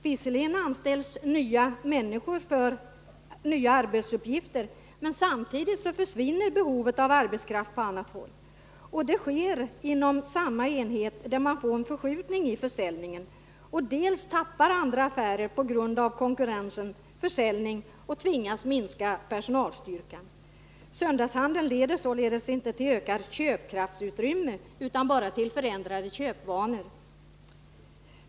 Visserligen anställer man nya människor på nya arbetsuppgifter, men samtidigt försvinner behovet av arbetskraft på annat håll. Det sker inom samma enhet, där man får en förskjutning i försäljningen, men det är också så att andra affärer på grund av konkurrensen tappar försäljning och tvingas minska personalstyrkan. Söndagshandeln leder således inte till ökat köpkraftsutrymme utan bara till förändrade köpvanor.